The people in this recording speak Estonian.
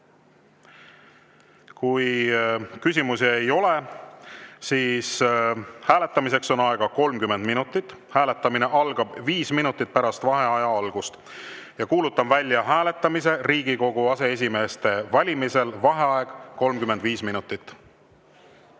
Küsimusi ei ole. Hääletamiseks on aega 30 minutit. Hääletamine algab viis minutit pärast vaheaja algust. Kuulutan välja hääletamise Riigikogu aseesimeeste valimisel. Vaheaeg 35 minutit.